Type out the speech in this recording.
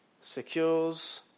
secures